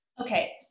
Okay